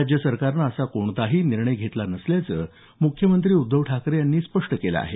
राज्य सरकारनं असा कोणताच निर्णय घेतला नसल्याचं मुख्यमंत्री उद्धव ठाकरे यांनी स्पष्ट केलं आहे